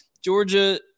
Georgia